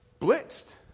blitzed